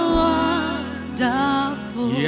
wonderful